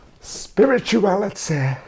Spirituality